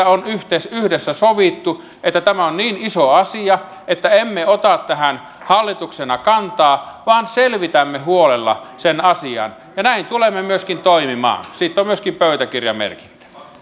on yhdessä sovittu että tämä on niin iso asia että emme ota tähän hallituksena kantaa vaan selvitämme huolella sen asian ja näin tulemme myöskin toimimaan siitä on myöskin pöytäkirjamerkintä